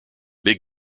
big